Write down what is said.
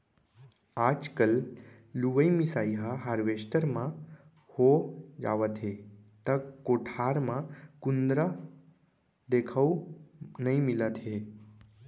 आजकल लुवई मिसाई ह हारवेस्टर म हो जावथे त कोठार म कुंदरा देखउ नइ मिलत हे